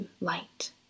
light